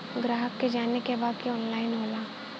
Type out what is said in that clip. ग्राहक के जाने के बा की ऑनलाइन का होला?